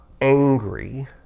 angry